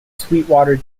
sweetwater